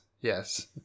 Yes